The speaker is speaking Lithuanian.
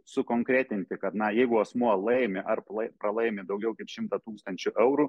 sukonkretinti kad na jeigu asmuo laimi ar lai pralaimi daugiau kaip šimtą tūkstančių eurų